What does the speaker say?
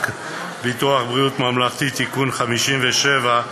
ביטוח בריאות ממלכתי (תיקון מס׳ 57),